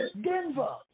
Denver